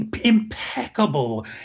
impeccable